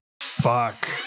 fuck